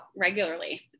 regularly